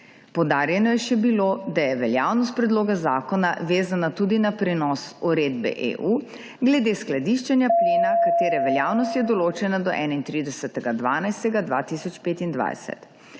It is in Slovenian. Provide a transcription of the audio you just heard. Poudarjeno je še bilo, da je veljavnost predloga zakona vezana tudi na prenos uredbe EU glede skladiščenja plina, katere veljavnost je določena do 31. 12. 2025.